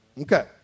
Okay